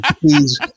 please